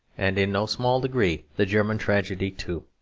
and, in no small degree, the german tragedy too.